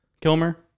Kilmer